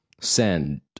send